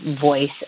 voice